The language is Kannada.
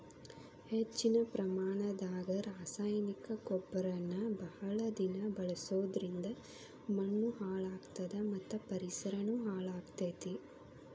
ಹೆಚ್ಚಿನ ಪ್ರಮಾಣದಾಗ ರಾಸಾಯನಿಕ ಗೊಬ್ಬರನ ಬಹಳ ದಿನ ಬಳಸೋದರಿಂದ ಮಣ್ಣೂ ಹಾಳ್ ಆಗ್ತದ ಮತ್ತ ಪರಿಸರನು ಹಾಳ್ ಆಗ್ತೇತಿ